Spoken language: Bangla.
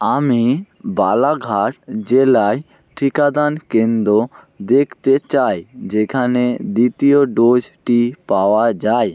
আমি বালাঘাট জেলায় টিকাদান কেন্দ্র দেখতে চাই যেখানে দ্বিতীয় ডোজটি পাওয়া যায়